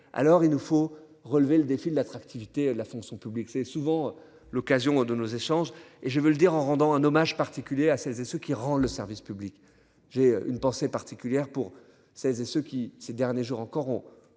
Alors il nous faut relever le défi de l'attractivité de la fonction publique, c'est souvent l'occasion de nos échanges et je veux le dire en rendant un hommage particulier à celles et ceux qui rend le service public. J'ai une pensée particulière pour celles et ceux qui, ces derniers jours encore, ont